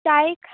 चायेक